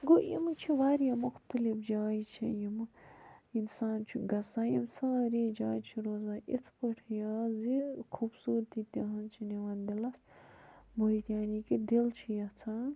گوٚو یِم چھِ واریاہ مختلف جایہِ چھِ یِم اِنسان چھُ گَژھان یِم سارے جایہِ چھِ روزان یِتھ پٲٹھۍ یاد زِ خوٗبصوٗرتی تِہنٛز چھِ نِوان دِلَس مُہتھ یعنی کہِ دِل چھُ یَژھان